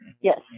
Yes